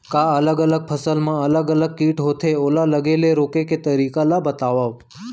का अलग अलग फसल मा अलग अलग किट होथे, ओला लगे ले रोके के तरीका ला बतावव?